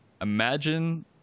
Imagine